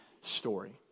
story